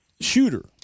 shooter